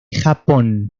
japón